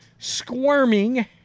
squirming